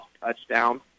touchdown